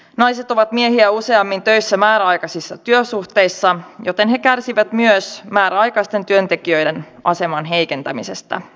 naiset ovat miehiä useammin töissä määräaikaisissa työsuhteissa joten he kärsivät myös määräaikaisten työntekijöiden aseman heikentämisestä